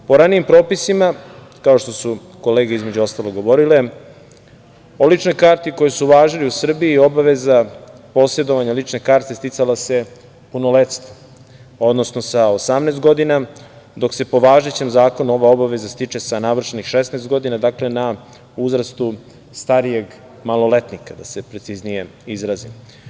Po ranijim propisima, kao što su kolege između ostalog govorile, o ličnoj karti koje su važile u Srbiji, obaveza posedovanja lične karte sticala se punoletstvom, odnosno sa 18 godina, dok se po važećem zakonu, ova obaveza stiče sa navršenih 16 godina, dakle na uzrastu starijeg maloletnika, da se preciznije izrazim.